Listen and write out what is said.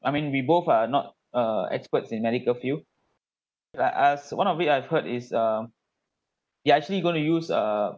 I mean we both are not uh experts in medical field like as one of it I've heard is uh yeah actually going to use err